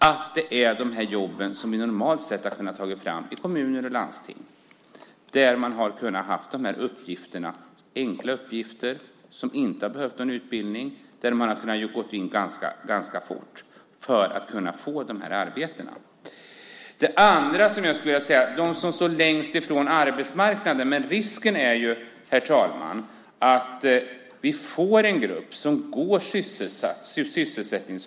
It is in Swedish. Det handlar om jobb som vi normalt sett har kunnat ta fram i kommuner och landsting där man har kunnat ha enkla uppgifter som man inte har behövt någon utbildning för, och där man har kunnat gå in ganska fort. Det andra som jag skulle vilja säga handlar om dem som står längst från arbetsmarknaden. Risken är ju, herr talman, att vi får en grupp som går sysslolös hela sommaren.